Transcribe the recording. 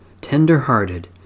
tender-hearted